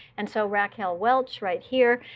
and so raquel welch, right here,